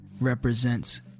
represents